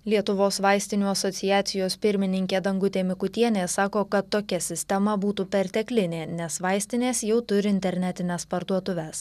lietuvos vaistinių asociacijos pirmininkė dangutė mikutienė sako kad tokia sistema būtų perteklinė nes vaistinės jau turi internetines parduotuves